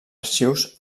arxius